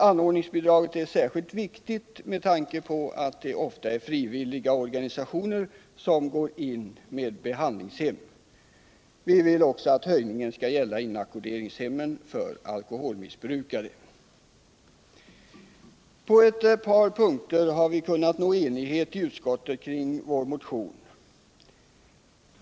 Anordningsbidraget är särskilt viktigt med tanke på att det ofta är frivilliga organisationer som går in med behandlingshem. Vi vill också att höjningen skall gälla inackorderingshemmen för alkoholmissbrukare. På ett par punkter har vi kunnat nå enighet i utskottet kring vår motion.